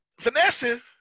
Vanessa